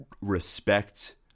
respect